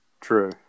True